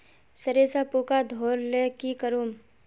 सरिसा पूका धोर ले की करूम?